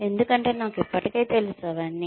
ఎందుకంటే నాకు ఇప్పటికే తెలుసు అన్నీ